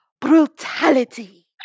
brutality